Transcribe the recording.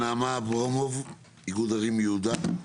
בבקשה, נעמה אברהמוב, איגוד ערים תודה.